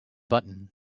button